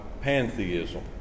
pantheism